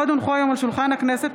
עוד הונחו היום על שולחן הכנסת,